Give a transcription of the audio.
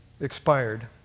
expired